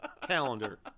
calendar